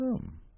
come